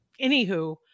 Anywho